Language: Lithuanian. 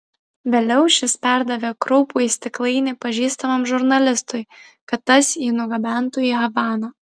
vėliau šis perdavė kraupųjį stiklainį pažįstamam žurnalistui kad tas jį nugabentų į havaną